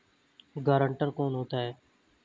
Guarantor कौन होता है?